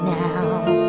now